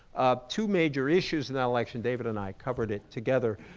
ah two major issues in that election david and i covered it together,